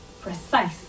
precise